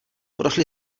prošli